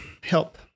help